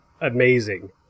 Amazing